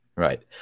Right